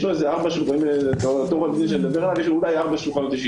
יש להם אולי כארבעה שולחנות ואנשים